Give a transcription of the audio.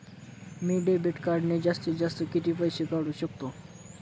मी debit कार्डने जास्तीत जास्त किती पैसे काढू शकतो?